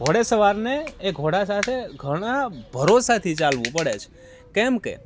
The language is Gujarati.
ઘોડે સવારને એ ઘોડા સાથે ઘણા ભરોસાથી ચાલવું પડે છે કેમકે